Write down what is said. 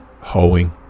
hoeing